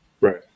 Right